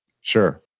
Sure